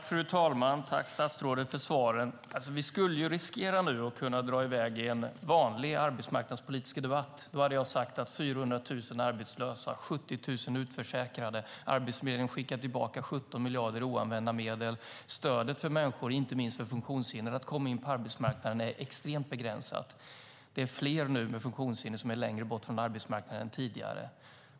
Fru talman! Jag tackar statsråden för svaren. Vi riskerar att dra i väg i en vanlig arbetsmarknadspolitisk debatt. Då skulle jag säga att Sverige har 400 000 arbetslösa och 70 000 utförsäkrade samtidigt som Arbetsförmedlingen skickar tillbaka 17 miljarder i oanvända medel. Stödet för människor och inte minst för funktionshindrade att komma in på arbetsmarknaden är extremt begränsat. Fler med funktionshinder står längre bort från arbetsmarknaden än tidigare.